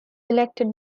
elected